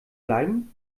bleiben